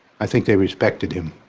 i think, they respected him.